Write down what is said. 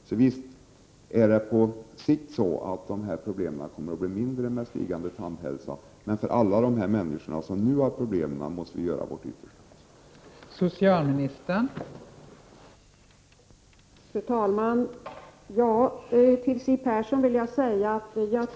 Så visst kommer de här problemen att på sikt bli mindre, med stigande tandhälsa, men för alla de människor som nu har problem måste vi göra vårt yttersta.